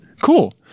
cool